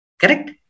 Correct